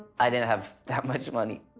i didn't have that much money.